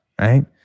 right